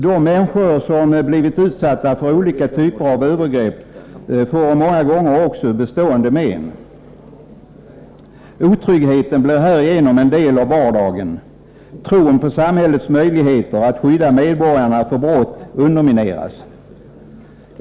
De människor som har blivit utsatta för olika typer av övergrepp får också ofta bestående men. Otryggheten blir härigenom en del av vardagen. Tron på samhällets möjligheter att skydda medborgarna för brott undermineras.